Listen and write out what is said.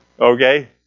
Okay